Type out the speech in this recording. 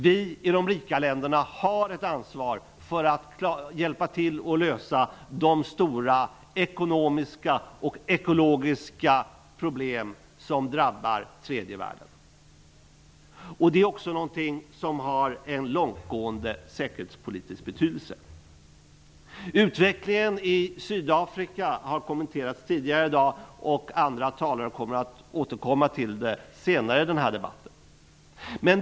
Vi i de rika länderna har ett ansvar när det gäller att hjälpa till med att lösa de stora ekonomiska och ekologiska problem som drabbar tredje världen. Det är också någonting som har en långtgående säkerhetspolitisk betydelse. Utvecklingen i Sydafrika har kommenterats tidigare i dag, och andra talare återkommer till den saken senare i den här debatten.